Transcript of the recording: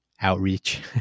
outreach